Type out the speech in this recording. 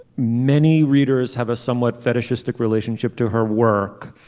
many readers have a somewhat fetishistic relationship to her work.